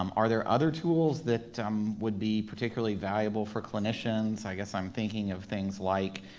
um are there other tools that um would be particularly valuable for clinicians, i guess i'm thinking of things like,